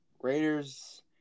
Raiders